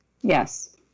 Yes